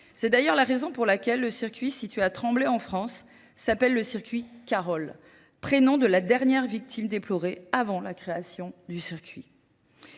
C'est d'ailleurs la raison pour laquelle le circuit situé à Tremblay en France s'appelle le circuit Carole, prénom de la dernière victime déplorée avant la création du circuit.